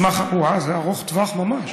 אוה, זה ארוך טווח ממש.